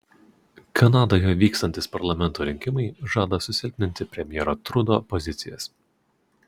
kanadoje vykstantys parlamento rinkimai žada susilpninti premjero trudo pozicijas